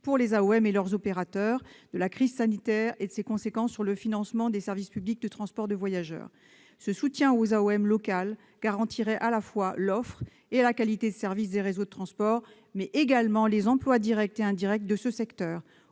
pour les AOM et leurs opérateurs, de la crise sanitaire et de ses conséquences sur le financement des services publics de transport de voyageurs. Ce soutien aux AOM locales garantirait l'offre et la qualité de service des réseaux de transport, mais également les emplois directs et indirects de ce secteur